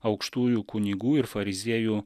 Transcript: aukštųjų kunigų ir fariziejų